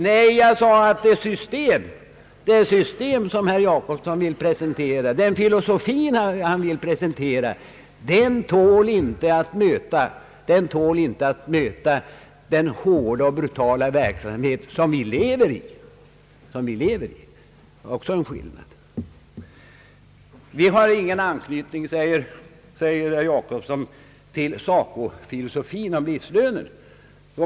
Nej, jag sade att det system och den filosofi som herr Jacobsson vill presentera inte tål att möta den hårda och brutala verklighet som vi lever i. Det är en viss skillnad. Högern har ingen anknytning, säger herr Jacobsson, till SACO-filosofin om livslöner.